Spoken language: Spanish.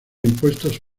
impuestos